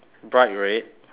bright red